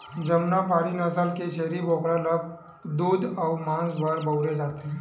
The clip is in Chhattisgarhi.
जमुनापारी नसल के छेरी बोकरा ल दूद अउ मांस बर बउरे जाथे